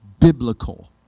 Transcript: biblical